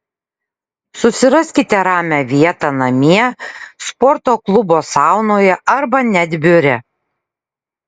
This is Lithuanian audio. susiraskite ramią vietą namie sporto klubo saunoje arba net biure